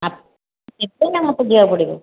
ଆପଣ ଦେବେ ନାଁ ମୋତେ ଯିବାକୁ ପଡ଼ିବ